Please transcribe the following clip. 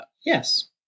yes